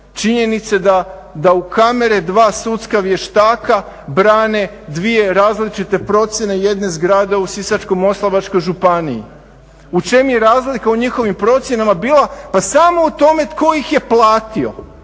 činjenice da u kamere dva sudska vještaka brane dvije različite procjene jedne zgrade u Sisačko-moslavačkoj županiji. U čemu je razlika u njihovim procjenama bila? Pa samo u tome tko ih je platio.